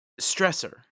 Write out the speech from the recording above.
stressor